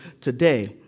today